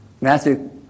Matthew